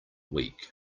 week